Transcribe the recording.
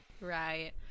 right